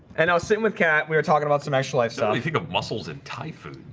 and i'll sing with kat. we were talking about some extra life stuff. you think of mussels in thai food.